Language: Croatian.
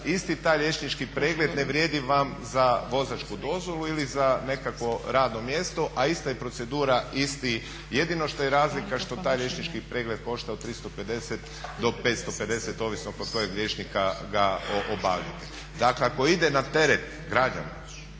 isti taj liječnički pregled ne vrijedi vam za vozačku dozvolu ili za nekakvo radno mjesto a ista je procedura, isti, jedino što je razlika što taj liječnički pregled košta od 350 do 550 ovisno kod kojeg liječnika ga obavljate. Dakle ako ide na teret građana